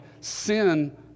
sin